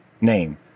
name